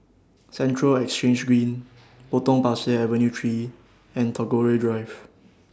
Central Exchange Green Potong Pasir Avenue three and Tagore Drive